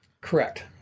Correct